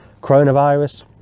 coronavirus